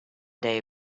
day